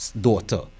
daughter